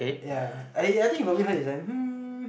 ya I I think you probably heard this one